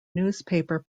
newspaper